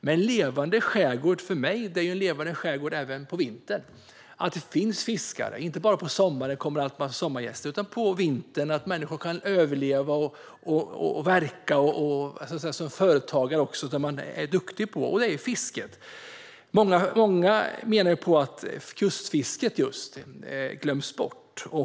Men en levande skärgård är för mig en levande skärgård även på vintern. Det är viktigt att det finns fiskare inte bara på sommaren när det kommer sommargäster, utan att människor kan överleva och verka även på vintern som företagare inom det område som man är duktig på, och det är fisket. Många menar att kustfisket glöms bort.